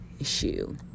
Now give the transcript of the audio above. issue